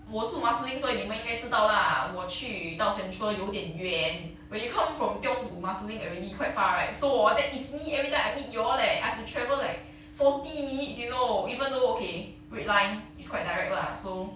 我住 marsiling 所以你们应该知道 lah 我去到 central 有点远 when you come from tiong to marsiling already quite far right so orh that is me every time I meet you all leh I have to travel like forty minutes you know even though okay red line is quite direct lah so